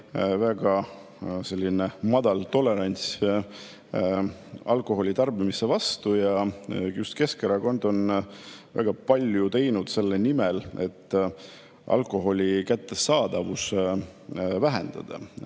väga väike tolerants alkoholi tarbimise suhtes. Ja just Keskerakond on väga palju teinud selle nimel, et alkoholi kättesaadavust vähendada.